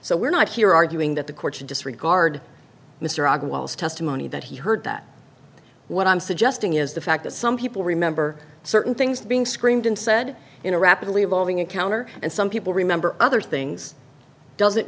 so we're not here arguing that the court should disregard mr og walls testimony that he heard that what i'm suggesting is the fact that some people remember certain things being screamed and said in a rapidly evolving encounter and some people remember other things doesn't